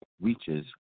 reaches